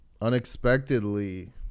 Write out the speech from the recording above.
Unexpectedly